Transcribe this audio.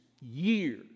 years